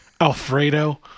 Alfredo